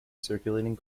circulating